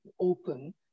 open